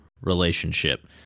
relationship